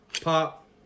pop